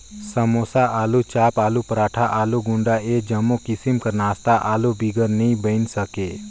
समोसा, आलूचाप, आलू पराठा, आलू गुंडा ए जम्मो किसिम कर नास्ता आलू बिगर नी बइन सके